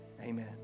Amen